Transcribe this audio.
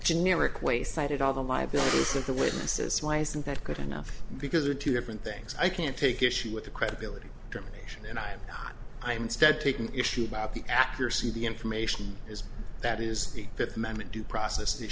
generic way cited all the lives of the witnesses why isn't that good enough because there are two different things i can take issue with the credibility termination and i'm not i'm stead taking issue about the accuracy of the information is that is the fifth amendment due process